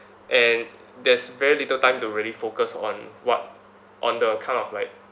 and there's very little time to really focus on what on the kind of like